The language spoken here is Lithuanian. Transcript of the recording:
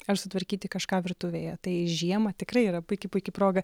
ar sutvarkyti kažką virtuvėje tai žiemą tikrai yra puiki puiki proga